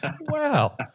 Wow